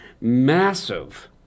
massive